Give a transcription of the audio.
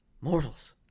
Mortals